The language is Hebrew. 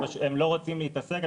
הם לא רוצים להתעסק עם זה.